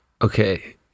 Okay